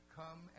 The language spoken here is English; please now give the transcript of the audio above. come